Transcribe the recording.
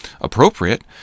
appropriate